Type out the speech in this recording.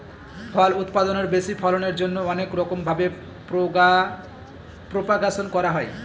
ফল উৎপাদনের বেশি ফলনের জন্যে অনেক রকম ভাবে প্রপাগাশন করা হয়